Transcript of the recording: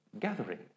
gathering